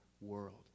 world